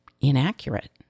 inaccurate